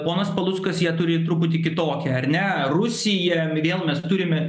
ponas paluckas ją turi truputį kitokią ar ne rusija vėl mes turime